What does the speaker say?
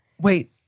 Wait